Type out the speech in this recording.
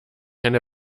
eine